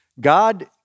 God